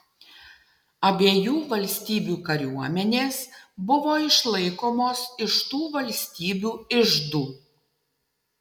abiejų valstybių kariuomenės buvo išlaikomos iš tų valstybių iždų